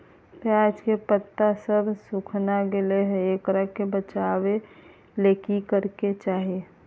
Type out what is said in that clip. प्याज के पत्ता सब सुखना गेलै हैं, एकरा से बचाबे ले की करेके चाही?